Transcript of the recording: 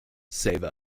save